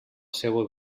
seua